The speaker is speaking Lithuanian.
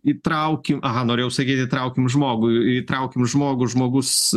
įtraukim aha norėjau sakyti įtraukim žmogų įtraukim žmogų žmogus